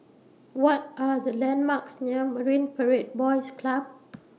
What Are The landmarks near Marine Parade Boys Club